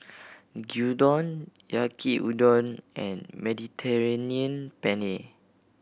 Gyudon Yaki Udon and Mediterranean Penne